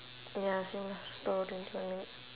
ya same lah two hour twenty one minute